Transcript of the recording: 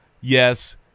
Yes